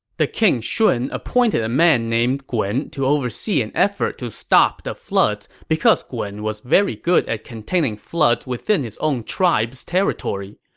the king shun appointed a man named gun to oversee an effort to stop the floods, because gun was very good at containing floods within his own tribe's territory.